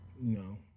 No